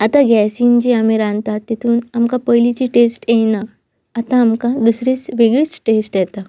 आतां गॅसीन जी आमी रांदतात तितून आमकां पयलींची टेस्ट येना आतां आमकां दुसरीच वेगळीच टेस्ट येता